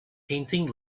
painting